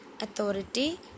authority